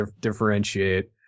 differentiate